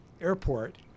airport